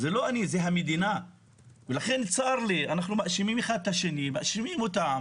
אנחנו מאשימים אחד את השני ומאשימים אותם